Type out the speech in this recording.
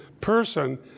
person